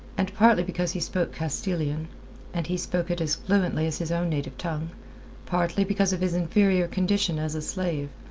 and partly because he spoke castilian and he spoke it as fluently as his own native tongue partly because of his inferior condition as a slave,